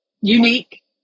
unique